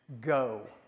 Go